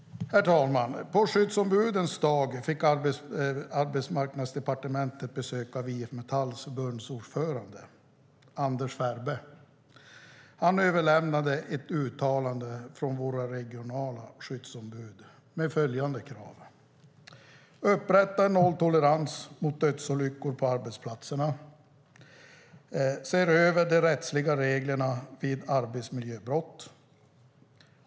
Herr talman! På skyddsombudens dag fick Arbetsmarknadsdepartementet besök av IF Metalls förbundsordförande Anders Ferbe. Han överlämnade ett uttalande från våra regionala skyddsombud med följande krav: Upprätta nolltolerans mot dödsolyckor på arbetsplatserna. Se över de rättsliga reglerna vid arbetsmiljöbrott.